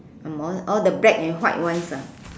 angmoh orh the black and white ones ah